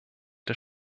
des